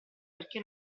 perché